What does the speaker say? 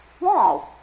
Walls